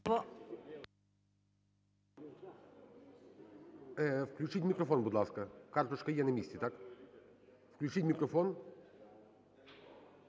Включіть мікрофон, будь ласка. Карточка є на місці, так? Включіть мікрофон.